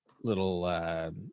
little